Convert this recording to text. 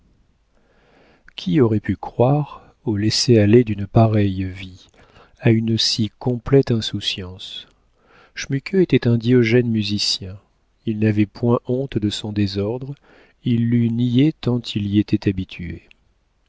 qui aurait pu croire au laisser-aller d'une pareille vie à une si complète insouciance schmuke était un diogène musicien il n'avait point honte de son désordre il l'eût nié tant il y était habitué